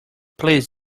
please